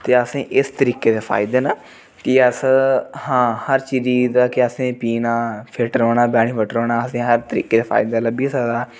ते असेंई इस तरीके दे फायदे न कि अस हां हर चीज़ दा असें के पीना फिट रौह्ना बेनिफिट रौह्ना असेंई हर तरीके दे फायदा लब्भी सकदा